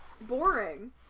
boring